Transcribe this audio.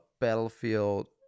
Battlefield